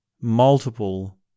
multiple